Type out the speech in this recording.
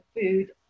food